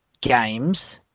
games